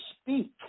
speak